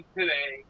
today